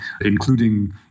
including